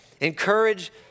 Encourage